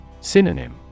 Synonym